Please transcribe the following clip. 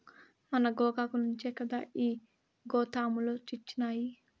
మన గోగాకు నుంచే కదా ఈ గోతాములొచ్చినాయి